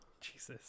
Jesus